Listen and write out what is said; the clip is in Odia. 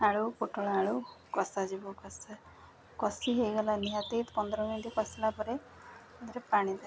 ଆଳୁ ପୋଟଳ ଆଳୁ କଷା ଯିବ କଷା କଷି ହେଇଗଲା ନିହାତି ପନ୍ଦର ମିନିଟ୍ କଷିଲା ପରେ ସେଥିରେ ପାଣି ଦେବେ